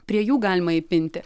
prie jų galima įpinti